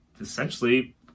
essentially